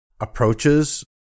approaches